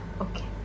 okay